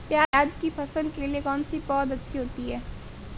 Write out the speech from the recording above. प्याज़ की फसल के लिए कौनसी पौद अच्छी होती है?